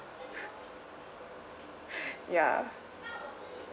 ya